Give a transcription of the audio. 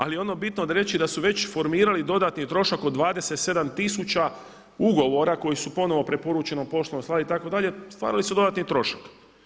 Ali je ono bitno reći da su već formirali dodatni trošak od 27000 ugovora koje su ponovno preporučenom poštom slali itd. stvarali su dodatni trošak.